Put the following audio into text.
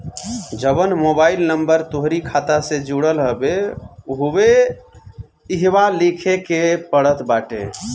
जवन mobile number तोहरी खाता से जुड़ल हवे उहवे इहवा लिखे के पड़त बाटे